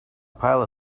pile